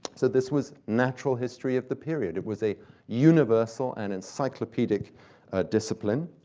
so this was natural history of the period. it was a universal and encyclopedic discipline.